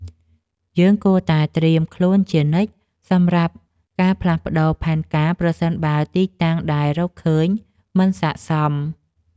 យើងគួរតែត្រៀមខ្លួនជានិច្ចសម្រាប់ការផ្លាស់ប្តូរផែនការ ប្រសិនបើទីតាំងដែលរកឃើញមិនស័ក្តិសម។